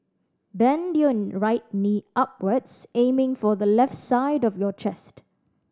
bend your right knee upwards aiming for the left side of your chest